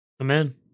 Amen